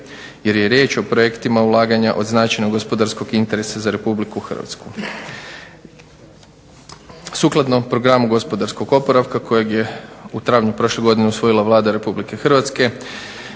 jer je riječ o projektima ulaganja od značajnog gospodarskog interesa za Republiku Hrvatsku. Sukladno programu gospodarskog oporavka kojeg je u travnju prošle godine usvojila Vlada Republike Hrvatske,